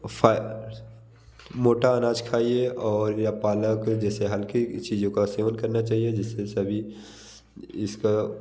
फाय मोटा अनाज खाइए और या पालक जैसे हल्की चीज़ों का सेवन करना चाहिए जिससे सभी इसका